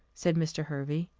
said mr. hervey.